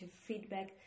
feedback